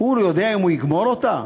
הוא יודע אם הוא יגמור אותה?